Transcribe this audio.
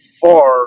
far